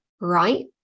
right